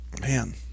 Man